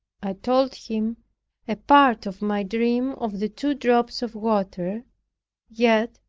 i told him a part of my dream of the two drops of water yet,